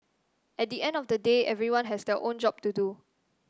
at the end of the day everyone has their own job to do